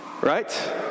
right